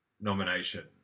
nomination